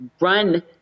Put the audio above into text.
run